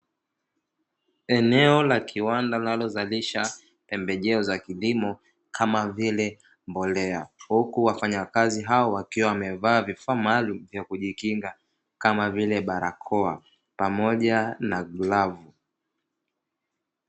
Eneo la kiwanda linalozalisha pembejeo za kilimo kama vile mbolea, huku wafanyakazi hao wakiwa wamevaa vifaa maalumu, vya kujikinga kama vile barakoa pamoja na glavu.